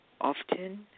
Often